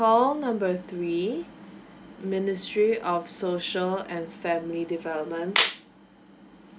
call number three ministry of social and family development